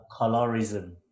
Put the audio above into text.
colorism